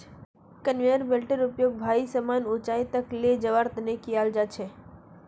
conveyor बेल्टेर उपयोग भारी समान ऊंचाई तक ले जवार तने कियाल जा छे